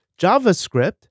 JavaScript